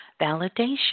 validation